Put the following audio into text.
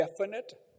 definite